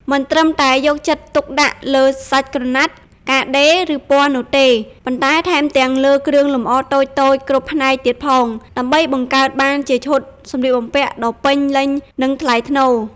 មិនត្រឹមតែយកចិត្តទុកដាក់លើសាច់ក្រណាត់ ការដេរ ឬពណ៌នោះទេ ប៉ុន្តែថែមទាំងលើគ្រឿងលម្អតូចៗគ្រប់ផ្នែកទៀតផង ដើម្បីបង្កើតបានជាឈុតសម្លៀកបំពាក់ដ៏ពេញលេញ និងថ្លៃថ្នូរ។